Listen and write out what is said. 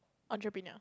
entrepreneur